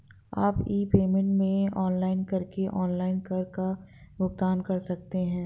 आप e payment में login करके ऑनलाइन कर का भुगतान कर सकते हैं